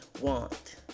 want